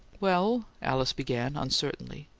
well alice began, uncertainly,